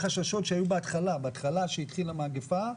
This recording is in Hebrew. בהתחלה כשהתחילה המגפה,